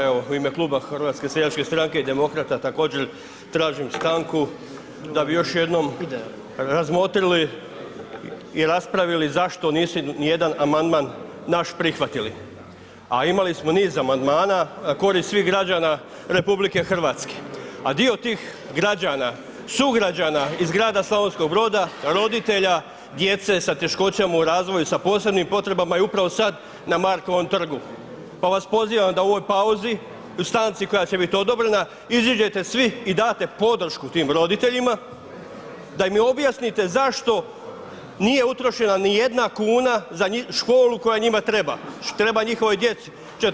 Evo u ime kluba HSS-a i Demokrata također tražim stanku da bi još jednom razmotrili i raspravili zašto nisu nijedan amandman naš prihvatili a imali smo niz amandmana na korist svih građana RH a dio tih građana, sugrađana iz grada Slavonskog Broda, roditelja djece sa teškoćama u razvoju, sa posebnim potrebama je upravo sad na Markovom trgu pa vas pozivam da u ovoj pauzi, u stanci koja će biti odobrena, iziđete svi i date podršku tim roditeljima da im objasnite zašto nije utrošena nijedna kuna za školu koja njima treba, treba njihovoj djeci.